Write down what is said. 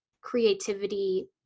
creativity